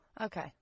Okay